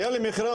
היה לי מכרז,